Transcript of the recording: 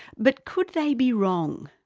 but could they be wrong?